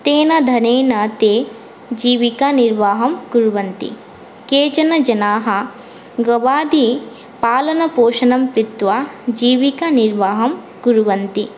तेन धनेन ते जीविकानिर्वाहं कुर्वन्ति केचन जनाः गवादि पालनपोषणं कृत्वा जीविकानिर्वाहं कुर्वन्ति